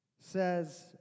says